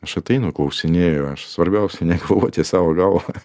aš ateinu klausinėju aš svarbiausia negalvoti savo galva